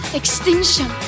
extinction